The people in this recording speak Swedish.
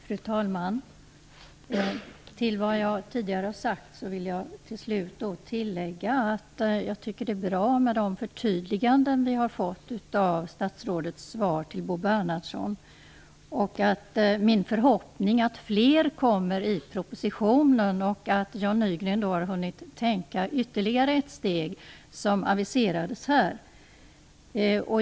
Fru talman! Till vad jag tidigare har sagt vill jag till slut lägga att jag tycker att det är bra med de förtydliganden vi har fått av statsrådets svar till Bo Bernhardsson. Min förhoppning är att fler sådana kommer i propositionen och att Jan Nygren då har hunnit tänka ytterligare ett steg, som aviserades här.